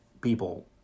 people